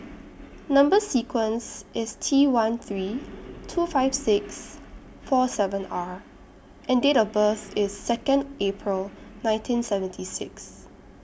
Number sequence IS T one three two five six four seven R and Date of birth IS Second April nineteen seventy six